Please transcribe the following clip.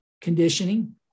conditioning